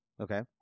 okay